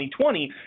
2020